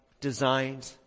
designed